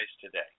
today